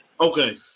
Okay